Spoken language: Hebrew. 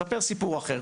מספר סיפור אחר,